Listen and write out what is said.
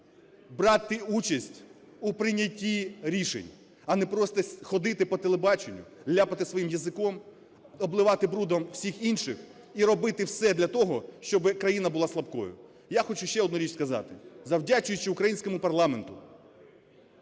брати участь у прийнятті рішень, а не просто ходити по телебаченню, ляпати своїм язиком, обливати брудом всіх інших і робити все для того, щоби країна була слабкою. Я хочу ще одну річ сказати. Завдячуючи українському парламенту,